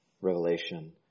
Revelation